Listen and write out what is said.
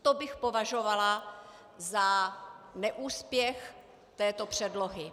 To bych považovala za neúspěch této předlohy.